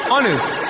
Honest